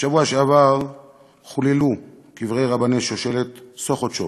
בשבוע שעבר חוללו קברי רבני שושלת סוכטשוב